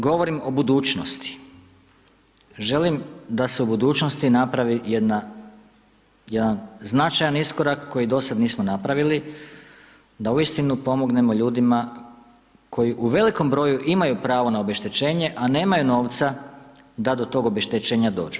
Govorim o budućnosti, želim da se u budućnosti napravi jedna, jedan značajan iskorak koji do sada nismo napravili, da uistinu pomognemo ljudima koji u velikom broju imaju pravo na obeštećenje a nemaju novca da do tog obeštećenja dođu.